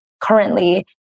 currently